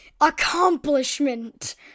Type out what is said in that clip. ACCOMPLISHMENT